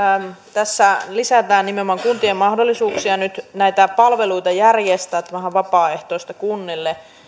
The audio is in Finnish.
tässä lisätään nimenomaan kuntien mahdollisuuksia nyt näitä palveluita järjestää tämähän on vapaaehtoista kunnille